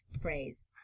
phrase